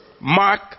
mark